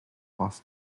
was